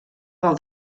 del